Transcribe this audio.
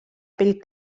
pell